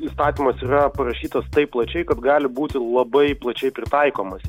įstatymas yra parašytas taip plačiai kad gali būti labai plačiai pritaikomas